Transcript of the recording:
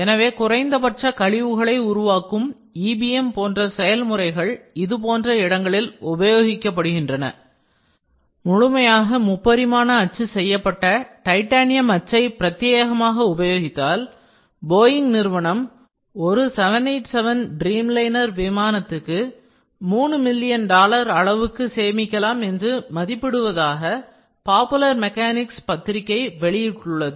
எனவே குறைந்தபட்ச கழிவுகளை உருவாக்கும் EBM போன்ற செயல்முறைகள் இது போன்ற இடங்களில் உபயோகிக்கப்படுகின்றன முழுமையாக முப்பரிமான அச்சு செய்யப்பட்ட டைட்டேனியம் அச்சை பிரத்தியேகமாக உபயோகித்தால் போயிங் நிறுவனம் ஒரு 787 Dreamliner விமானத்துக்கு 3 மில்லியன் டாலர் அளவுக்கு சேமிக்கலாம் என்று மதிப்பிடுவதாக பாப்புலர் மெக்கானிக் பத்திரிக்கை வெளியிட்டுள்ளது